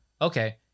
okay